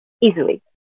easily